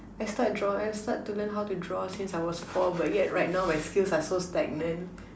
I start draw I start to learn how to draw since I was four but yet right now my skills are so stagnant